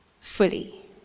fully